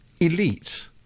elite